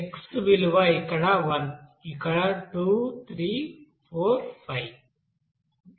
x విలువ ఇక్కడ 1 ఇక్కడ 2 3 4 5